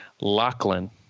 Lachlan